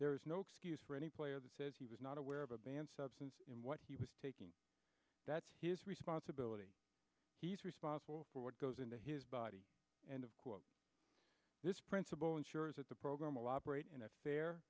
there is no excuse for any player that says he was not aware of a banned substance in what he was taking that's his responsibility he's responsible for what goes into his body and of course this principle ensures that the program a law breaker in a fair